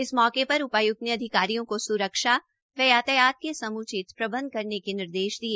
इस मौके पर उपायुक्त ने अधिकारियों को सुरक्षा व यातायात के समूचित प्रबन्ध करने के निर्देश दिए